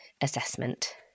assessment